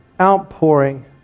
outpouring